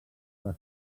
les